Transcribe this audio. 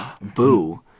Boo